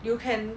you can